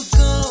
go